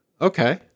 Okay